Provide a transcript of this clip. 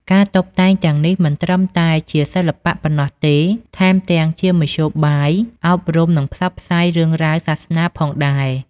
ការតុបតែងទាំងនេះមិនត្រឹមតែជាសិល្បៈប៉ុណ្ណោះទេ ថែមទាំងជាមធ្យោបាយអប់រំ និងផ្សព្វផ្សាយរឿងរ៉ាវសាសនាផងដែរ។